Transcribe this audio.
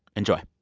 enjoy